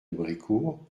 brécourt